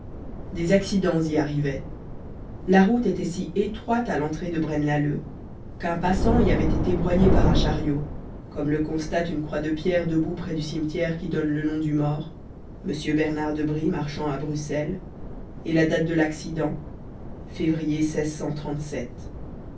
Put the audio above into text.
des accidents y arrivaient la route était si étroite à l'entrée de braine lalleud qu'un passant y avait été broyé par un chariot comme le constate une croix de pierre debout près du cimetière qui donne le nom du mort monsieur bernard debrye marchand à bruxelles et la date de l'accident février